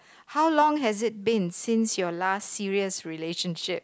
how long has it been since your last serious relationship